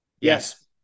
Yes